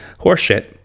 horseshit